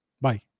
Bye